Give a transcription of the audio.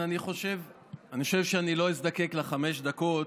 אני חושב שאני לא אזדקק לחמש דקות.